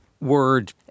Word